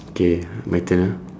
okay my turn ah